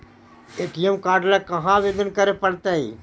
ATM card ल कहा आवेदन करे पड़तै?